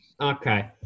Okay